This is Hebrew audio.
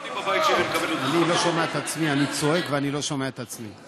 אני צועק ואני לא שומע את עצמי.